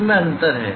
इसमे अंतर है